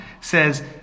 says